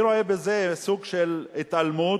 אני רואה בזה סוג של התעלמות,